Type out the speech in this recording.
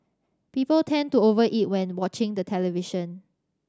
people tend to over eat when watching the television